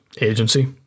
agency